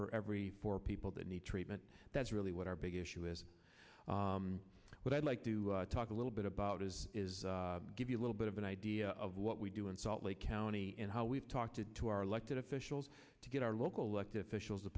for every four people that need treatment that's really what our big issue is what i'd like to talk a little bit about is give you a little bit of an idea of what we do in salt lake county and how we've talked to our elected officials to get our local elected officials t